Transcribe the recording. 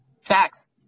facts